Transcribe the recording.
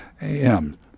A-M